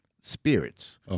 spirits